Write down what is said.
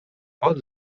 pot